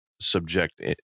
subject